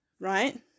right